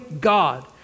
God